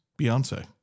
Beyonce